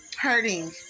hurting